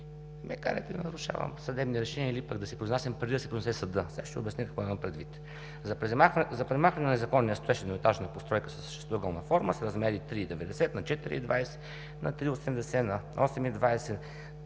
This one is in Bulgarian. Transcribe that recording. ме карайте да нарушавам съдебни решения или пък да се произнасям преди да се произнесе съдът. Сега ще обясня какво имам предвид. За премахване на незаконния строеж – едноетажна постройка с шестоъгълна форма с размери 3,90 на 4,20, на 3,80 на 8,20, на 4,80 на 3